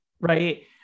right